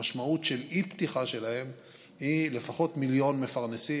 המשמעות של אי-פתיחה שלהם היא לפחות מיליון מפרנסים,